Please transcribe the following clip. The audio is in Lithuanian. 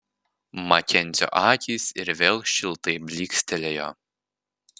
makenzio akys ir vėl šiltai blykstelėjo